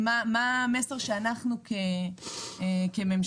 מה המסר שהממשלה